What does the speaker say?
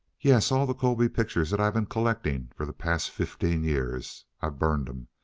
yes, all the colby pictures that i've been collecting for the past fifteen years. i burned em.